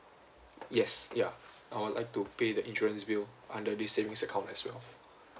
yes ya I would like to pay the insurance bill under this savings account as well